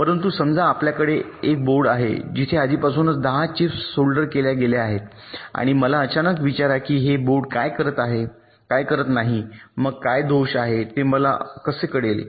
परंतु समजा आपल्याकडे एक बोर्ड आहे जिथे आधीपासूनच अशा 10 चिप्स सोल्डर केल्या गेल्या आहेत आणि आपण मला अचानक विचारा की हे बोर्ड कार्य करत नाही मग काय दोष आहे ते मला कसे कळले